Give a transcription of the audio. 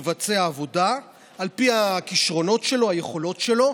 מבצע עבודה על פי הכישרונות שלו והיכולות שלו